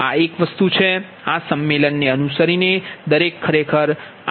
આ એક છે આ સંમેલન ને અનુસરીને દરેક ખરેખર આ સંમેલન છે